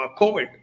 COVID